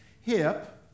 hip